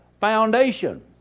foundation